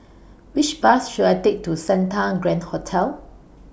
Which Bus should I Take to Santa Grand Hotel